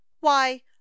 Why